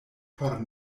por